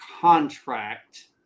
contract